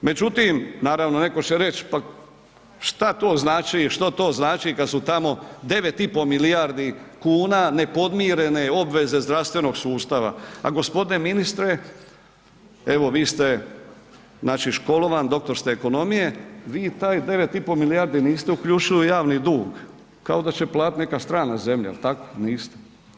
Međutim, naravno netko će reći šta to znači, što to znači kad su tamo 9,5 milijardi kuna nepodmirene obveze zdravstvenog sustava, a gospodine ministre evo vi ste znači školovan, doktor ste ekonomije, vi taj 9,5 milijardi niste uključili u javni dug kao da će platiti neka strana zemlja, jel tako, niste.